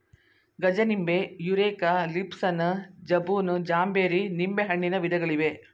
ಗಜನಿಂಬೆ, Eureka, Lisbon, baboon, ಜಾಂಬೇರಿ ನಿಂಬೆಹಣ್ಣಿನ ವಿಧಗಳಿವೆ